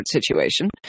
situation